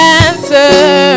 answer